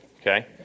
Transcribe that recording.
okay